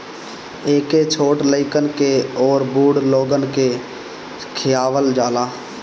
एके छोट लइकन के अउरी बूढ़ लोगन के खियावल जाला